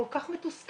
כל כך מתוסכלים,